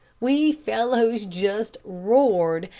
we fellows just roared,